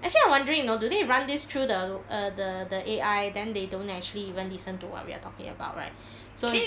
actually I'm wondering know do they run this through the lo~ err the the the A_I then they don't actually even listen to what we're talking about right so